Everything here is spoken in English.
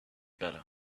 better